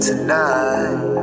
Tonight